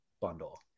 bundle